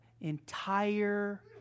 entire